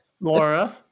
Laura